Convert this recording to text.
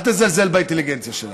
אל תזלזל באינטליגנציה שלנו.